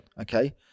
Okay